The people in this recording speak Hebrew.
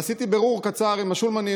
עשיתי בירור קצר עם השולמנים,